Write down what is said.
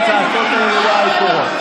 הצעקות האלה לא היו קורות.